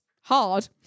hard